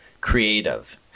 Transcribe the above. creative